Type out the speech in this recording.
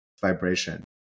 vibration